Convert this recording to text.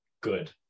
good